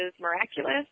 miraculous